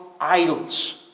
idols